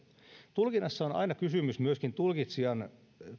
tulkinnassa on aina kysymys myöskin tulkitsijan